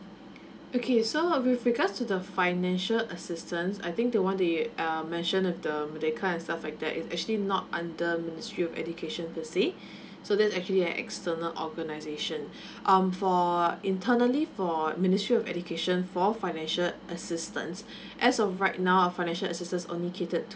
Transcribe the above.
okay so with regards to the financial assistance I think the one that you um mention at the that kind of stuff like that is actually not under ministry of education per se so that's actually an external organisation um for internally for ministry of education for financial assistance as of right now our financial assistance only catered